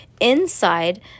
Inside